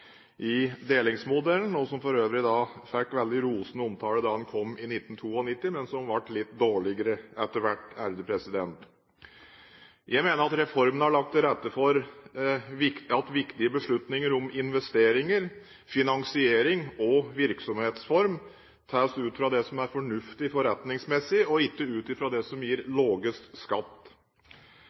i delingsmodellen, og som for øvrig fikk veldig rosende omtale da den kom i 1992, men som ble litt dårligere etter hvert. Jeg mener at reformen har lagt til rette for at viktige beslutninger om investeringer, finansiering og virksomhetsform tas ut fra det som er fornuftig forretningsmessig, og ikke ut fra det som gir lavest skatt.